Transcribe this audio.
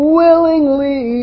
willingly